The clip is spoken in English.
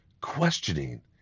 questioning